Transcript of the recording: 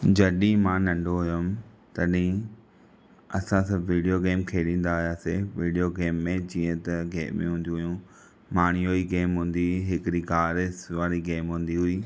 जॾहिं मां नंढो हुअमि तॾहिं असां सभु विडियो गेम खेॾींदा हुआसि विडियो गेम में जीअं त गेमियूं हूंदियूं हुयूं पाणी वारी गेम हूंदी हुई हिकिड़ी कार रेस वारी गेम हूंदी हुई